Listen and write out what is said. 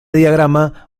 diagrama